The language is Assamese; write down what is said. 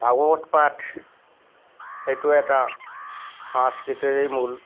ভাগৱত পাঠ সেইটো এটা সংস্কৃতিৰেই মূল